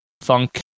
funk